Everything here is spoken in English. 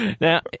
Now